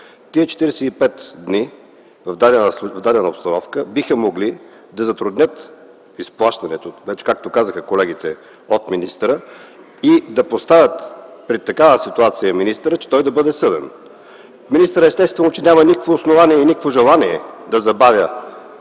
Тези 45 дни в дадената обстановка биха могли да затруднят изплащането, както казаха колегите, от министъра, и да поставят пред такава ситуация министъра, че той да бъде съден. Министърът естествено, че няма никакво основание и никакво желание да забавя